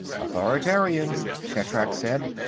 authoritarian, shatrak said,